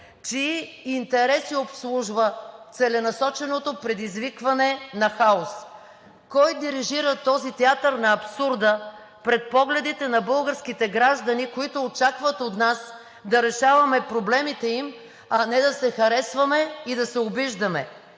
чии интереси обслужва целенасоченото предизвикване на хаос? Кой дирижира този театър на абсурда пред погледите на българските граждани, които очакват от нас да решаваме проблемите им, а не да се харесваме и да се обиждаме?